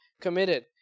committed